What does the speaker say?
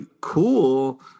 cool